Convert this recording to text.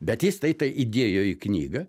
bet jis tai tai įdėjo į knygą